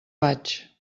vaig